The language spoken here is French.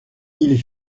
ils